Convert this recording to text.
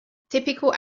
typical